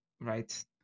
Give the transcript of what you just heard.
right